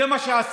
זה מה שעשינו.